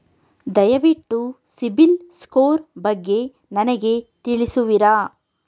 ದಯವಿಟ್ಟು ಸಿಬಿಲ್ ಸ್ಕೋರ್ ಬಗ್ಗೆ ನನಗೆ ತಿಳಿಸುವಿರಾ?